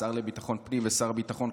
השר לביטחון פנים ושר הביטחון,